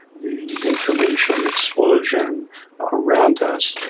the information explosion around us,